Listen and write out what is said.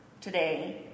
today